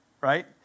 right